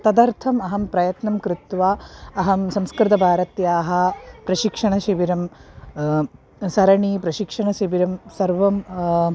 तदर्थम् अहं प्रयत्नं कृत्वा अहं संस्कृतभारत्याः प्रशिक्षणशिबिरं सरणी प्रशिक्षणशिबिरं सर्वं